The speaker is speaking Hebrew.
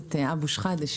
הכנסת אבו שחאדה,